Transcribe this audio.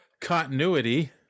continuity